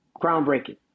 groundbreaking